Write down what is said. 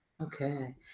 Okay